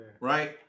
Right